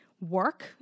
work